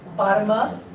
bottom up.